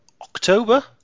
October